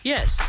Yes